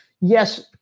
yes